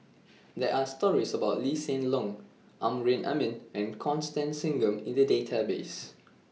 There Are stories about Lee Hsien Loong Amrin Amin and Constance Singam in The Database